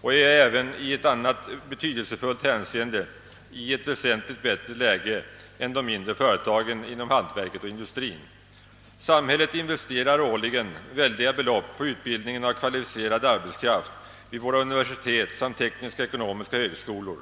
och är även i ett annat betydelsefullt hänseende i ett väsentligt bättre läge än de mindre företagen inom hantverk och industri. Samhället investerar nämligen årligen väldiga belopp på utbildningen av kvalificerad arbetskraft vid våra universitet samt tekniska och ekonomiska högskolor.